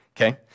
okay